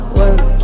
work